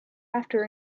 after